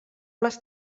les